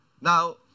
Now